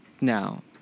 Now